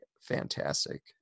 fantastic